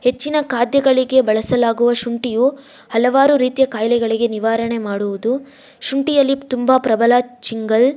ಹೆಚ್ಚಿನ ಖಾದ್ಯಗಳಿಗೆ ಬಳಸಲಾಗುವ ಶುಂಠಿಯು ಹಲವಾರು ರೀತಿಯ ಕಾಯಿಲೆಗಳಿಗೆ ನಿವಾರಣೆ ಮಾಡುವುದು ಶುಂಠಿಯಲ್ಲಿ ತುಂಬ ಪ್ರಬಲ ಚಿಂಗಲ್